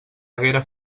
haguera